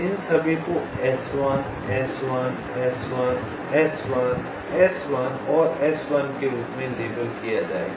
इन सभी को S1 S1 S1 S1 S1 और S1 के रूप में लेबल किया जाएगा